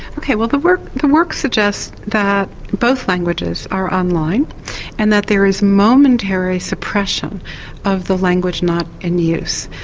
ok, well the work the work suggests that both languages are online and that there is momentary suppression of the language not in use.